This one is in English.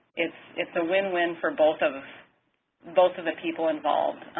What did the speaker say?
it's it's a win-win for both of both of the people involved.